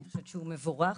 שהוא מבורך,